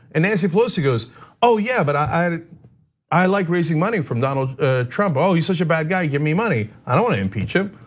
and nancy pelosi goes yeah, but i i like raising money from donald trump. ah he's such a bad guy, give me money. i don't wanna impeach him.